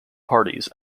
parties